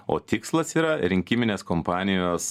o tikslas yra rinkiminės kompanijos